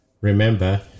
remember